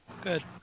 good